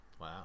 Wow